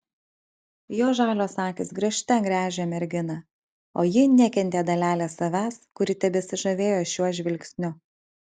jo žalios akys gręžte gręžė merginą o ji nekentė dalelės savęs kuri tebesižavėjo šiuo žvilgsniu